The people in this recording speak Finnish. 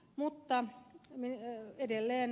mutta edelleen ed